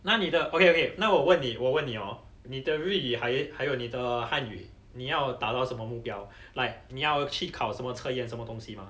那你的 okay okay 那我问你我问你 hor 你的日语还还有你的汉语你要达到什么目标 like 你要去考什么测验什么东西吗